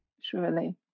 Surely